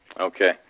Okay